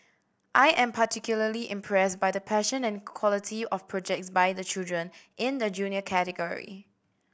I am particularly impressed by the passion and quality of projects by the children in the Junior category